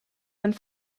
and